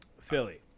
Philly